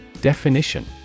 Definition